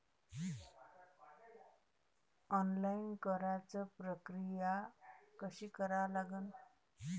Online कराच प्रक्रिया कशी करा लागन?